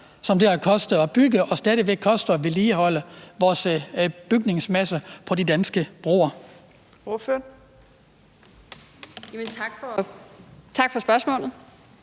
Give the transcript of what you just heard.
som det har kostet at bygge og stadig væk koster at vedligeholde vores bygningsmasse på de danske broer?